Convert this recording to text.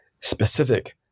specific